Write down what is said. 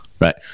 right